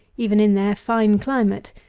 even in their fine climate,